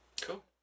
cool